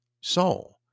soul